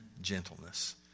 gentleness